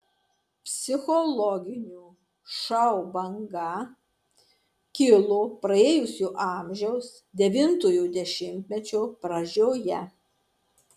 psichologinių šou banga kilo praėjusio amžiaus devintojo dešimtmečio pradžioje